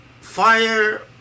fire